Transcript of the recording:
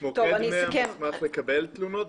מוקד 100 מוסמך לקבל תלונות,